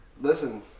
Listen